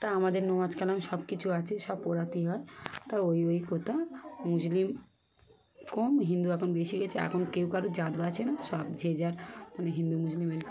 তা আমাদের নমাজ কালাম সব কিছু আছে সব পড়াতেই হয় তা ওই ওই কথা মুসলিম কম হিন্দু এখন বেশি হয়ে গিয়েছে এখন কেউ কারো জাত বিচার আছে না সব যে যার মানে হিন্দু মুসলিমের